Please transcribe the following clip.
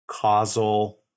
causal